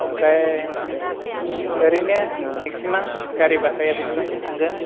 ओमफ्राय ओरैनो मेक्सिमाम गारि भाराया बेसेबांसिम थांगोन